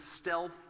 stealth